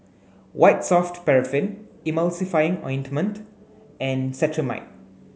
white soft paraffin Emulsying ointment and Cetrimide